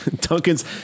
Duncan's